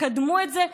תקדמו את זה,